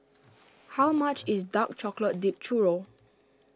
how much is Dark Chocolate Dipped Churro